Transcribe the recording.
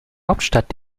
hauptstadt